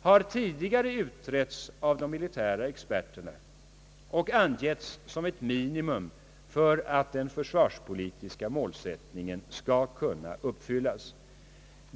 har tidigare av de militära experterna på grundval av utredningar angivits som ett minimum för att den försvarspolitiska målsättningen skall kunna uppfyllas.